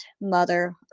mother